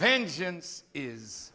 vengeance is